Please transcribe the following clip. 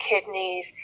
kidneys